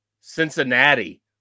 Cincinnati